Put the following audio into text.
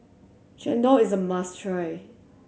chendol is a must try